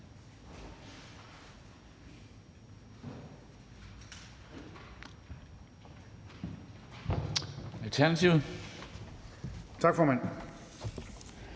Alternativet havde forladt